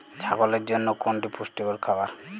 ছাগলের জন্য কোনটি পুষ্টিকর খাবার?